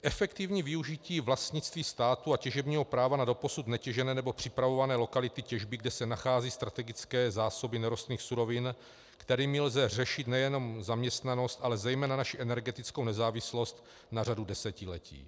d) Efektivní využití vlastnictví státu a těžebního práva na doposud netěžené nebo připravované lokality těžby, kde se nachází strategické zásoby nerostných surovin, kterými lze řešit nejen zaměstnanost, ale zejména naši energetickou nezávislost na řadu desetiletí.